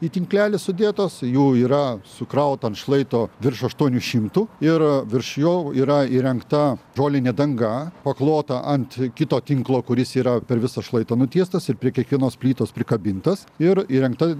į tinklelį sudėtos jų yra sukrauta ant šlaito virš aštuonių šimtų ir virš jo yra įrengta žolinė danga paklota ant kito tinklo kuris yra per visą šlaitą nutiestas ir prie kiekvienos plytos prikabintas ir įrengta